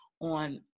on